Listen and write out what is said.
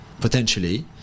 potentially